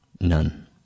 None